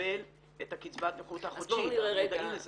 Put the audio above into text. לקבל את קצבת הנכות החודשית, אנחנו מודעים לזה.